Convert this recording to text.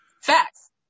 Facts